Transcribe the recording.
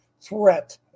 threat